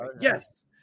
yes